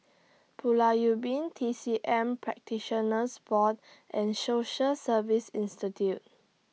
Pulau Ubin T C M Practitioners Board and Social Service Institute